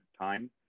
time